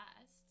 best